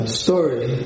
story